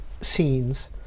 scenes